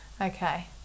Okay